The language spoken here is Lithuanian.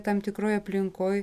tam tikroj aplinkoj